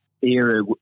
era